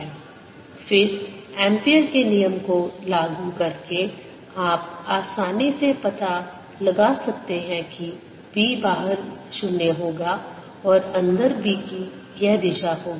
E0 फिर Ampere के नियम Ampere's law को लागू करके आप आसानी से यह पता लगा सकते हैं कि B बाहर 0 होगा और अंदर B की यह दिशा होगी